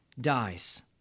dies